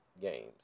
games